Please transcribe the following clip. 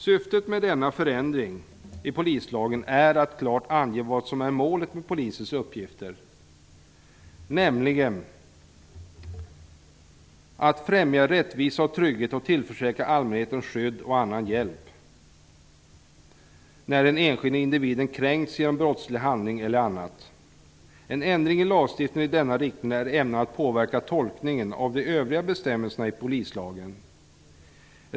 Syftet med denna förändring i polislagen är att klart ange vad som är målet med Polisens uppgifter, nämligen att främja rättvisa och trygghet och tillförsäkra allmänheten skydd och annan hjälp när den enskilde individen kränkts genom brottslig handling eller på annat sätt. En ändring i lagstiftningen i denna riktning är ämnad att påverka tolkningen av de övriga bestämmelserna i polislagen.